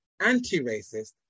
anti-racist